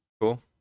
Cool